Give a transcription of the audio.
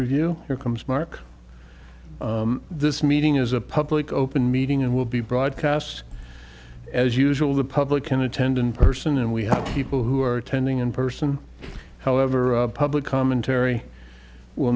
review here comes mark this meeting is a public open meeting and will be broadcast as usual the public can attend in person and we have people who are attending in person however public commentary will